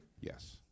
Yes